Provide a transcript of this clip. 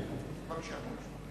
בבקשה.